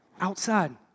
Outside